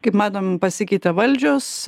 kaip matom pasikeitė valdžios